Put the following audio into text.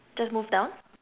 just move down